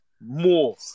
more